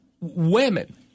women –